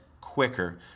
quicker